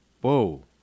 Whoa